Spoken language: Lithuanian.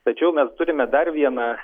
tačiau mes turime dar vieną